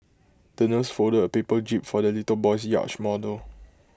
the nurse folded A paper jib for the little boy's yacht model